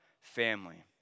family